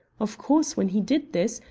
of course when he did this,